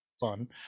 fun